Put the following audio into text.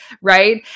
right